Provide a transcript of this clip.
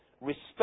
respect